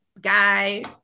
guy